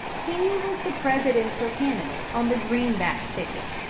he was the presidential candidate on the greenback ticket,